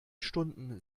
stunden